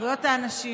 זכויות האנשים,